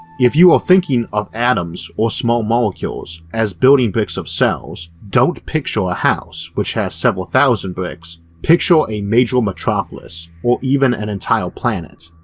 if you're thinking of atoms or small molecules as building bricks of cells, don't picture a house, which has several thousand bricks, picture a major metropolis, or even an entire planet,